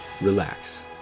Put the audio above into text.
relax